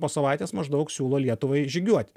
po savaitės maždaug siūlo lietuvai žygiuoti